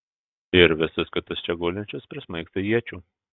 ir visus kitus čia gulinčius prismaigstė iečių